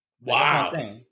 Wow